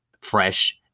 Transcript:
fresh